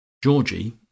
Georgie